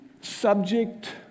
subject